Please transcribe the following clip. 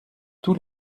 tous